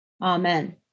Amen